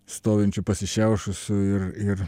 stovinčių pasišiaušusių ir ir